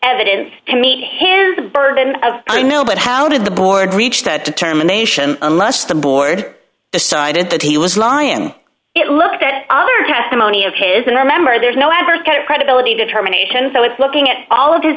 evidence to meet his the burden as i know but how did the board reach that determination unless the board decided that he was lying i looked at other testimony of his and i remember there's no adverse kind of credibility determination so it's looking at all of his